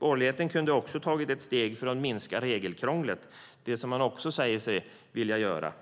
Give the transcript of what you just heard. Borgerligheten hade också kunnat ta ett steg för att minska regelkrånglet, som man också säger sig vilja göra.